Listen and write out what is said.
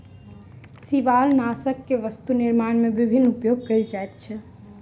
शिवालनाशक के वस्तु निर्माण में विभिन्न उपयोग कयल जाइत अछि